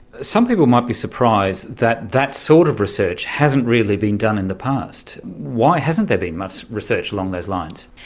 some people might be surprised that that sort of research hasn't really been done in the past. why hasn't there been much research along those lines?